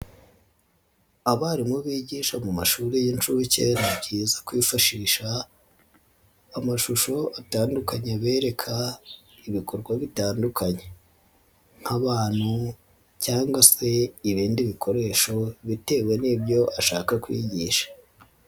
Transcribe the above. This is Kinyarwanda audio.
Abarimu bigisha mu mashuri y'inshuke ni byiza kwifashisha amashusho atandukanye abereka ibikorwa bitandukanye, nk'abantu cyangwa se ibindi bikoresho bitewe n'ibyo ashaka kwigisha.